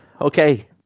okay